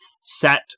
set